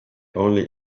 only